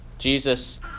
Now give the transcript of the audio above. Jesus